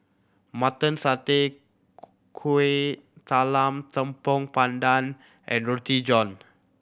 Mutton Satay Kueh Talam Tepong Pandan and Roti John